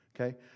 Okay